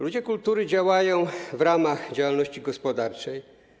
Ludzie kultury działają w ramach działalności gospodarczej.